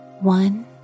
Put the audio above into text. One